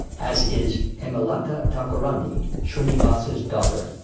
as is hemlata thakurani, shrinivas's daughter.